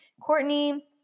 Courtney